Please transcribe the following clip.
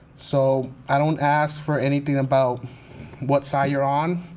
so i don't ask for anything about what side you're on,